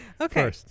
Okay